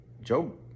Job